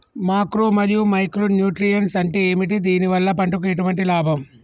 Macro మరియు micro nutrients అంటే ఏమిటి? దీనివల్ల పంటకు ఎటువంటి లాభం?